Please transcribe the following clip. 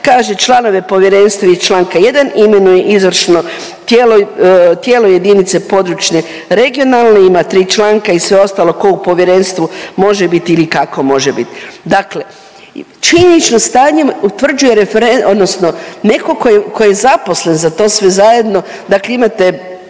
kaže članove povjerenstva iz Članka 1. imenuje izvršno tijelo jedinice područne, regionalne, ima tri članka i sve ostalo tko u povjerenstvu može biti i kako može biti. Dakle, činjenično stanjem utvrđuje odnosno netko tko je zaposlen za to sve zajedno, dakle imate,